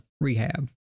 rehab